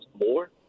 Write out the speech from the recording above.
more